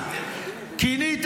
היום.